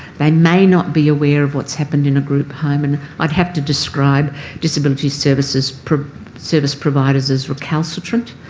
they may not be aware of what's happened in a group home. and i'd have to describe disability services service providers as recalcitrant.